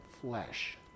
flesh